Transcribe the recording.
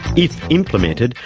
if implemented,